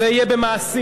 זה יהיה במעשים.